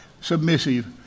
submissive